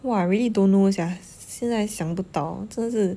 !wah! really don't know sia 现在想不到真的是